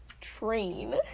train